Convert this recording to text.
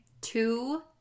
Two